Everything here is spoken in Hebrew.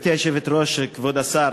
גברתי היושבת-ראש, כבוד השר,